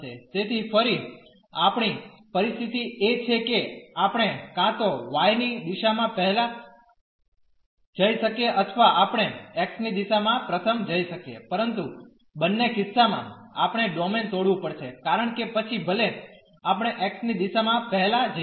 તેથી ફરી આપણી પરિસ્થિતિ એ છે કે આપણે કાં તો y ની દિશામાં પહેલા જઇ શકીએ અથવા આપણે x ની દિશામાં પ્રથમ જઈ શકીએ પરંતુ બંને કિસ્સામાં આપણે ડોમેન તોડવું પડશે કારણ કે પછી ભલે આપણે x ની દિશામાં પહેલા જઇએ